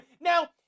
Now